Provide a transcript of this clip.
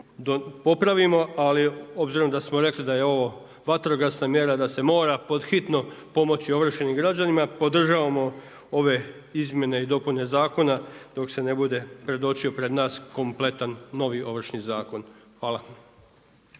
ali obzirom da smo rekli da je ovo vatrogasna mjera da se mora podhitno pomoći ovršenim građanima podržavamo ove izmjene i dopune zakona dok se ne bude predočio pred nas kompletan novi Ovršni zakon. Hvala.